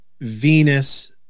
Venus